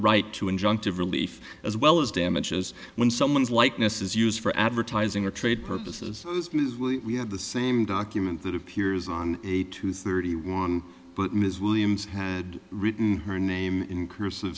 right to injunctive relief as well as damages when someone's likeness is used for advertising or trade purposes we have the same document that appears on eight to thirty one but ms williams had written her name in curs